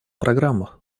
программах